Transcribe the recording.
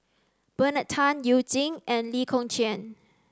Bernard Tan You Jin and Lee Kong Chian